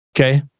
okay